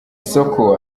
isoko